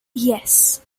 yes